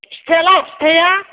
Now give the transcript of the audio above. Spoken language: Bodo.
फिथाइआलाय फिथाइआ